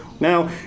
Now